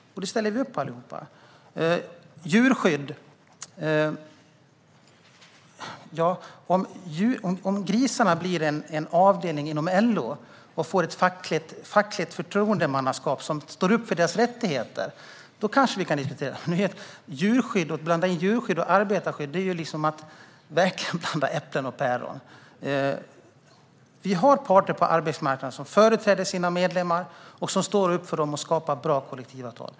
Det ställer vi allihop upp på. När det gäller djurskydd kan jag säga att om grisarna blir en avdelning inom LO och får ett fackligt förtroendemannaskap som står upp för deras rättigheter kanske vi kan diskutera det. Men att blanda ihop djurskydd och arbetarskydd är verkligen att blanda äpplen och päron. Vi har parter på arbetsmarknaden som företräder sina medlemmar och står upp för dem och skapar bra kollektivavtal.